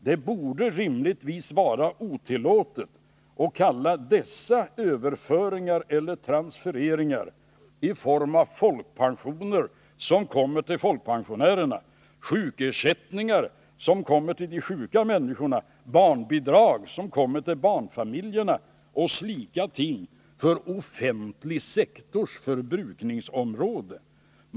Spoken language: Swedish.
Det borde rimligtvis vara otillåtet att kalla dessa överföringar eller transfereringar i form av folkpensioner, som kommer till folkpensionärerna, sjukersättningar, som kommer till de sjuka människorna, barnbidrag, som kommer till barnfamiljerna, och slika ting för offentlig sektors förbrukningsområde.